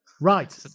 right